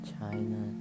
China